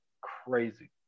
Crazy